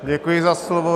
Děkuji za slovo.